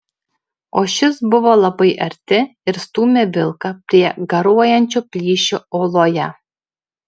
o šis buvo labai arti ir stūmė vilką prie garuojančio plyšio uoloje